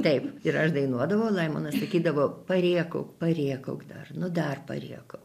taip ir aš dainuodavau laimonas sakydavo parėkauk parėkauk dar nu dar parėkauk